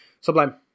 Sublime